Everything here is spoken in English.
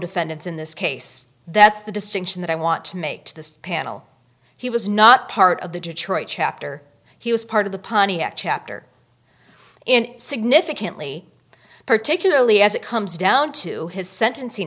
defendants in this case that's the distinction that i want to make to this panel he was not part of the detroit chapter he was part of the pontiac chapter and significantly particularly as it comes down to his sentencing